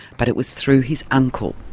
but it was through his uncle.